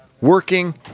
Working